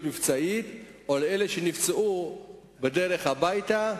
מבצעית לבין אלה שנפצעו בדרך הביתה.